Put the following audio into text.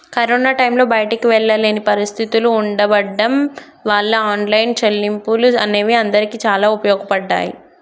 corona టైంలో బయటికి వెళ్ళలేని పరిస్థితులు ఉండబడ్డం వాళ్ళ ఆన్లైన్ చెల్లింపులు అనేవి అందరికీ చాలా ఉపయోగపడ్డాయి